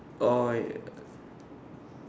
or I uh